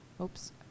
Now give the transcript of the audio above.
Oops